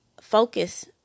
focus